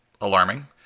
alarming